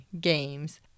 games